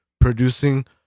producing